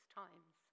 times